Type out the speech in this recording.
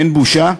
אין בושה?